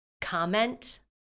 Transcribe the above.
comment